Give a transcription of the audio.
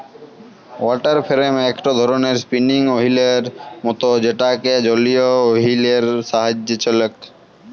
water frame একটো ধরণের spinning ওহীলের মত যেটা একটা জলীয় ওহীল এর সাহায্যে চলেক